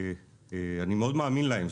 אני מאוד מאמין להם,